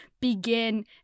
begin